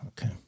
Okay